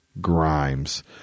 Grimes